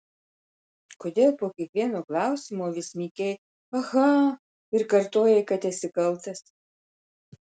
kodėl po kiekvieno klausimo vis mykei aha ir kartojai kad esi kaltas